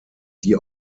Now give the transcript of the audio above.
die